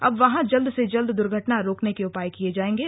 अब वहां जल्द से जल्द दर्घटना रोकने के उपाय किये जाएंगे